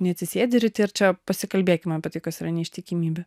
neatsisėdi ryte ir čia pasikalbėkim apie tai kas yra neištikimybė